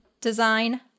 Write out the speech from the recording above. design